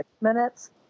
minutes